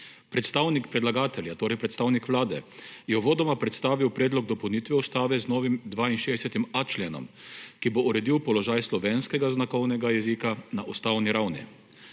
Predstavnik predlagatelja, torej predstavnik Vlade, je uvodoma predstavil predlog dopolnitve Ustave z novim 62.a členom, ki bo uredil položaj slovenskega znakovnega jezika na ustavni ravni.